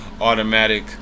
automatic